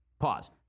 pause